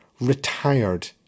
retired